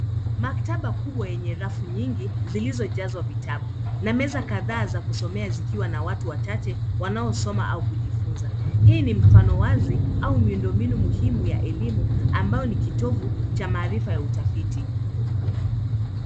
Maktaba kubwa yenye rafu nyingi zilizojazwa vitabu na meza kadhaa za kusomea zikiwa na watu wachache wanaosoma au kujifunza. Hii ni mfano wazi na miundombinu muhimu ambayo ni kitovu cha maarifa ya utafiti.